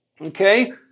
Okay